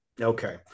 Okay